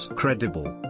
credible